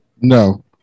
No